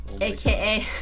aka